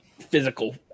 physical